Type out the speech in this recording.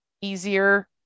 easier